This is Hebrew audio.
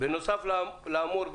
בנוסף לאמור,